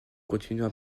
continua